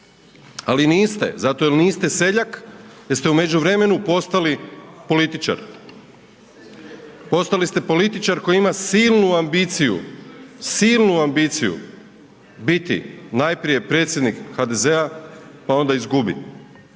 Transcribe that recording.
ali niste zato jer niste seljak jer ste u međuvremenu postali političar. Postali ste političar koji ima silnu ambiciju, silnu ambiciju biti najprije predsjednik HDZ-a, pa onda izgubi,